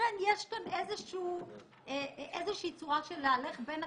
ככה אנחנו נבין איך משטרת ישראל מתנהלת ומה היה שם,